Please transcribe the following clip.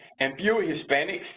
and fewer hispanics,